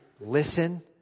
listen